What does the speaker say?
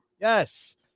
Yes